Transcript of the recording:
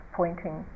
pointing